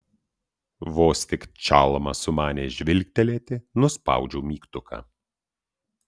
vos tik čalma sumanė žvilgtelėti nuspaudžiau mygtuką